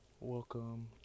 Welcome